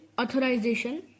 authorization